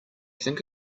think